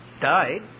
died